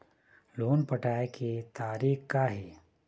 Loan पटाए के तारीख़ का हे?